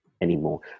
anymore